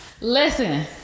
listen